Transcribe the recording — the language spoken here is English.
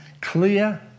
clear